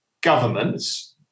governments